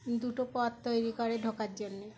দুটো পথ তৈরি করে ঢোকার জন্যে